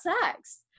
sex